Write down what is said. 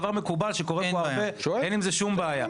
זה דבר מקובל שקורה פה הרבה ואין עם זה שום בעיה.